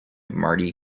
marty